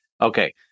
Okay